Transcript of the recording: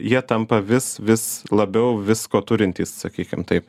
jie tampa vis vis labiau visko turintys sakykim taip